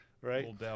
right